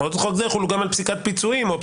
הוראות יחולו גם על פסיקת פיצויים או על